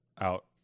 Out